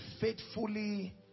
faithfully